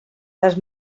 les